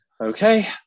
Okay